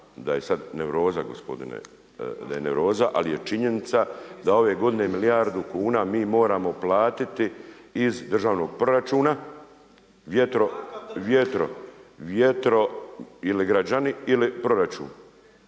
da je sada nervoza gospodine da je nervoza ali je činjenica da ove godine milijardu kuna mi moramo platiti iz državnog proračuna vjetro ili građani ili proračun.